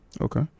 Okay